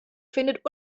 findet